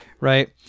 right